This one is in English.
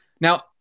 Now